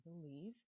believe